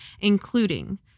including